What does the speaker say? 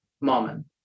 moment